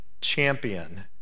champion